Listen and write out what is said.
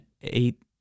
eight